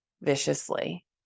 viciously